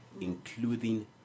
including